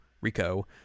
Rico